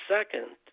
Second